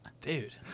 Dude